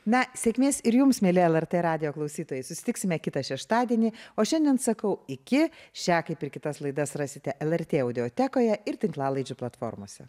na sėkmės ir jums mieli lrt radijo klausytojai susitiksime kitą šeštadienį o šiandien sakau iki šią kaip ir kitas laidas rasite lrtaudiotekoje ir tinklalaidžių platformose